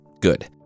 good